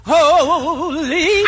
Holy